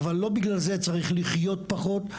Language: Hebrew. אבל לא בגלל זה צריך לחיות פחות,